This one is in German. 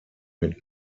mit